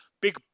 Big